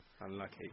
Unlucky